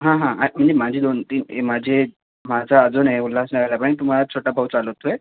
हां हां आं म्हणजे माझे दोन तीन आहे माझे माझा अजून आहे उल्हासनगरला पण तो माझा छोटा भाऊ चालवतो आहे